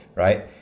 right